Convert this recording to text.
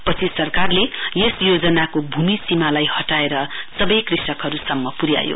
पछि सरकारले यस योजनाको भूमि सीमालाई हटाएर सबै कृषकहरूसम्म पुर्यायो